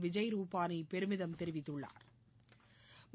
விஜய் ரூபாளி பெருமிதும் தெரிவித்துள்ளாா்